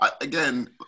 again